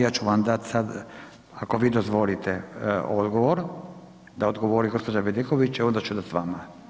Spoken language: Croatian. Ja ću vam dati sada, ako vi dozvolite, odgovor, da odgovori gospođa Bedeković, a onda ću dati vama.